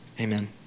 amen